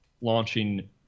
launching